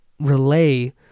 relay